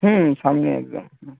হুম সামনেই একদম হুম